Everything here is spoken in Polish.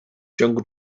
ciągu